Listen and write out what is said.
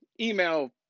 email